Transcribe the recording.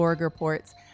reports